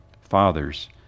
Fathers